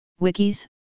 wikis